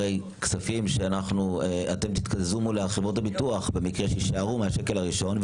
הרי כספים שאתם תתקזזו מול חברות הביטוח במקרה שיישארו מהשקל הראשון,